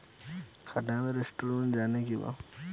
खाता के स्टेटमेंट जाने के बा?